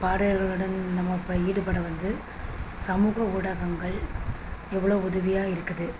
பாடர்களுடன் நம்ம இப்போ ஈடுபட வந்து சமூக ஊடகங்கள் எவ்வளோ உதவியாக இருக்குது